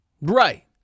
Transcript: right